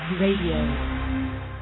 Radio